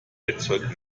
bettzeug